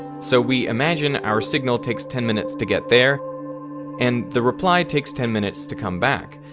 so we imagine our signal takes ten minutes to get there and the reply takes ten minutes to come back,